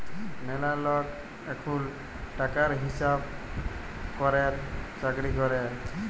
ম্যালা লক এখুল টাকার হিসাব ক্যরের চাকরি ক্যরে